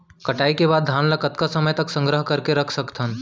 कटाई के बाद धान ला कतका समय तक संग्रह करके रख सकथन?